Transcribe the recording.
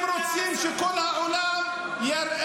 יותר מ-80% הרסתם.